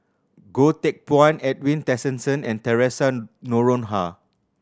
Goh Teck Phuan Edwin Tessensohn and Theresa Noronha